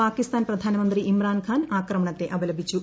പാകിസ്ഥാൻ പ്രധാനമന്ത്രി ഇമ്രാൻ ഖാൻ ആക്രമണത്തെ അപലപിച്ചു